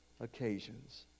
occasions